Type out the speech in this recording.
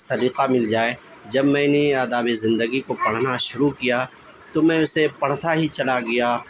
سلیقہ مل جائے جب میں نے آدابِ زندگی کو پڑھنا شروع کیا تو میں اسے پڑھتا ہی چلا گیا